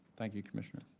thank you, commissioner.